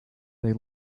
they